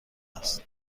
است